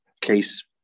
case